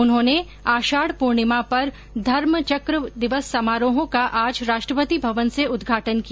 उन्होंने आषाढ़ पूर्णिमा पर धम्म चक्र दिवस समारोहों का आज राष्ट्रपति भवन से उदघाटन किया